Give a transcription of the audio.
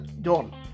done